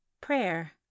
Prayer